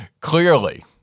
clearly